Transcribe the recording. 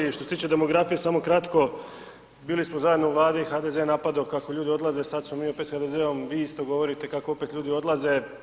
Što se tiče demografije, samo kratko, bili smo zajedno u Vladi, HDZ je napadao kako ljudi odlaze, sada smo mi opet s HDZ-om, vi isto govorite kako opet ljudi odlaze.